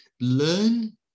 learn